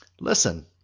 Listen